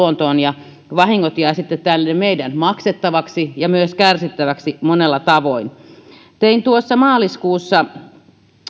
luontoon ja vahingot jäävät sitten tänne meidän maksettavaksemme ja myös kärsittäväksemme monella tavoin tein maaliskuussa